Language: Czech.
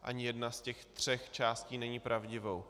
Ani jedna z těch tří částí není pravdivou.